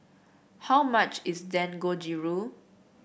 how much is Dangojiru